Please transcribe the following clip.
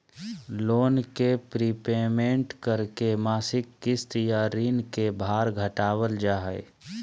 loan के prepayment करके मासिक किस्त या ऋण के भार घटावल जा हय